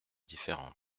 différente